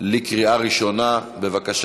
25 בעד,